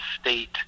state